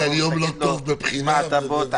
על יום לא טוב בבחינה --- עורך דין אחרי 10 שנים,